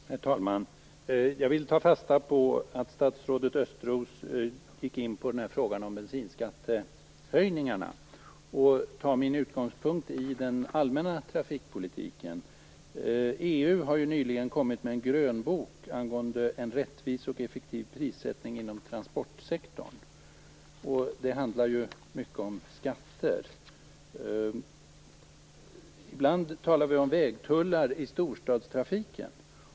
Herr talman! Jag vill ta fasta på att statsrådet Östros gick in på frågan om bensinskattehöjningarna och tar min utgångspunkt i den allmänna trafikpolitiken. EU har nyligen kommit med en grönbok angående en rättvis och effektiv prissättning inom transportsektorn. Det handlar mycket om skatter. Ibland talar vi om vägtullar i storstadstrafiken.